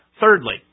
thirdly